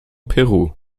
peru